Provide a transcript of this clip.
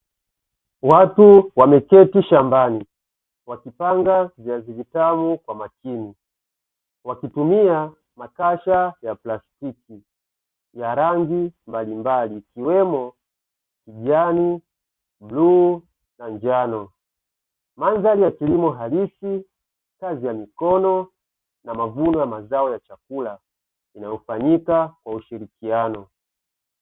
Watu wameketi shambani wakipanda viazi vitamu kwa umakini wakitumia makasha ya plastiki ya rangi mbalimbali ikiwemo kijani, bluu na njano. Mandhari ya kilimo halisi, kazi za mikono na mavuno ya mazao ya chakula yanayofanyika kwa ushirikiano.